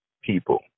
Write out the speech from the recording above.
people